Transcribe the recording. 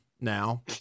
now